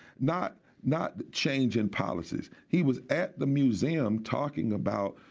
not not change in policies. he was at the museum talking about